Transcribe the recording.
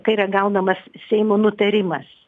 kai yra gaunamas seimo nutarimas